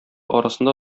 арасында